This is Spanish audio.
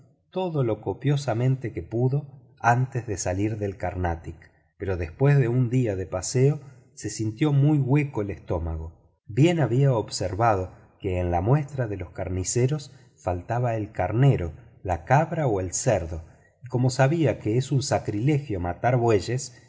todo lo copiosamente que pudo antes de salir del carnatic pero después de un día de paseo se sintió muy hueco el estómago bien había observado que en la muestra de los carniceros faltaba el carnero la cabra o el cerdo y como sabía que es un sacrilegio matar bueyes